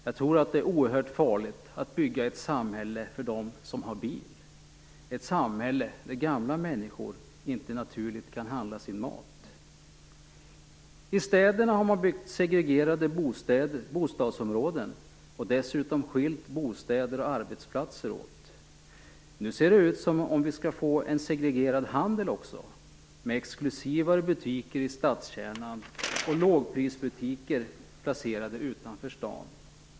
Jag tror att det är oerhört farligt att bygga ett samhälle för dem som har bil; ett samhälle där gamla människor inte naturligt kan handla sin mat. - I städerna har man byggt segregerade bostadsområden och dessutom skilt bostäder och arbetsplatser åt. Nu ser det ut som om vi ska få en segregerad handel också, med exklusivare butiker i stadskärnan och lågprisbutiker placerade utanför staden.